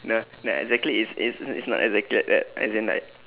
no no exactly it's it's it's not exactly like that as in like